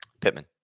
Pittman